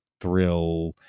thrill